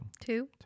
Two